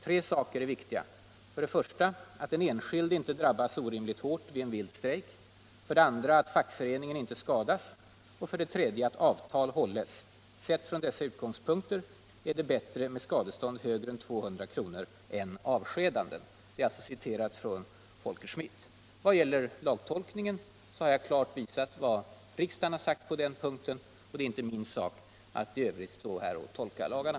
Tre saker är viktiga: 1. att den enskilde inte drabbas orimligt hårt vid en vild strejk, 2. att fackföreningen inte skadas och 3. att avtal hålles. Sett från dessa utgångspunkter är det bättre med skadestånd högre än 200 kr. än avskedanden.” I vad gäller lagtolkningen har jag klart visat vad riksdagen har sagt på den punkten, och det är inte min sak att i övrigt stå här och tolka lagarna.